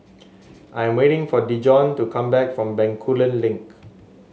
I'm waiting for Dijon to come back from Bencoolen Link